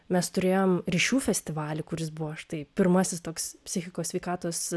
mes turėjom ryšių festivalį kuris buvo štai pirmasis toks psichikos sveikatos